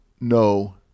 no